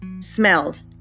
smelled